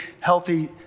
healthy